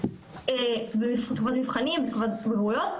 אנחנו בתקופת מבחנים, בתקופת בגרויות,